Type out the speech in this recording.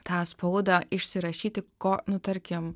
tą spaudą išsirašyti ko nu tarkim